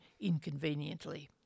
inconveniently